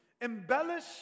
embellish